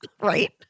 Right